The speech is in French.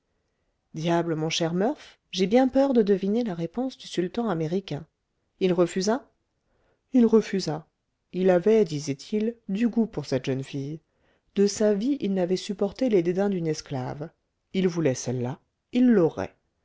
diable mon cher murph j'ai bien peur de deviner la réponse du sultan américain il refusa il refusa il avait disait-il du goût pour cette jeune fille de sa vie il n'avait supporté les dédains d'une esclave il voulait celle-là il l'aurait